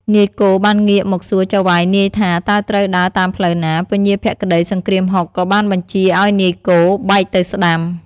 នាយគោបានងាកមកសួរចៅហ្វាយនាយថា តើត្រូវដើរតាមផ្លូវណា? ពញាភក្តីសង្គ្រាមហុក ក៏បានបញ្ជាឲ្យនាយគោ បែកទៅស្តាំ។